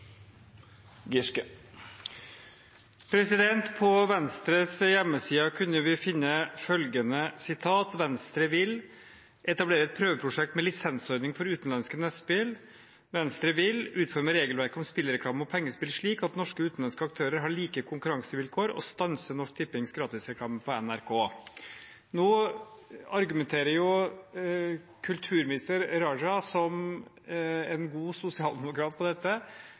På Venstres hjemmeside kunne vi finne følgende sitat: «Venstre vil etablere et prøveprosjekt med lisensordning for utenlandske nettspill utforme regelverket om spillreklame og pengespill slik at norske og utenlandske aktører har like konkurransevilkår, og stanse Norsk Tippings gratisreklame på NRK» Nå argumenterer jo kulturminister Raja som en god sosialdemokrat om dette,